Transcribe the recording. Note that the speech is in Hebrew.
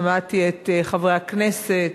שמעתי את חברי הכנסת,